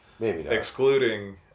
excluding